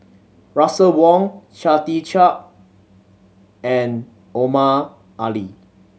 Russel Wong Chia Tee Chiak and Omar Ali